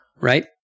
Right